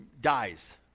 dies